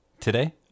Today